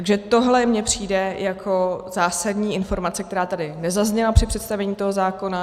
Takže tohle mně přijde jako zásadní informace, která tady nezazněla při představení toho zákona.